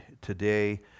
today